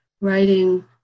writing